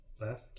left